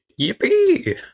Yippee